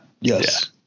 yes